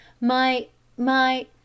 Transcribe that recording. my—my—